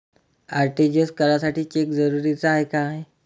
RTGS करासाठी cheque जरुरीचा हाय काय?